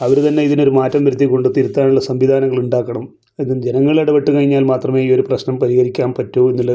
അവർ തന്നെ ഇതിനൊരു മാറ്റം വരുത്തിക്കൊണ്ട് തിരുത്താനുള്ള സംവിധാനങ്ങൾ ഉണ്ടാക്കണം ഇത് ജനങ്ങൾ ഇടപെട്ട് കഴിഞ്ഞാൽ മാത്രമേ ഈ ഒരു പ്രശ്നം പരിഹരിക്കാൻ പറ്റൂ എന്നുള്ളത്